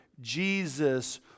Jesus